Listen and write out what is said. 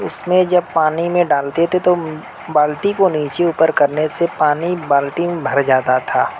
اس میں جب پانی میں ڈالتے تھے تو بالٹی کو نیچے اوپر کرنے سے پانی بالٹی میں بھر جاتا تھا